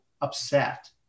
upset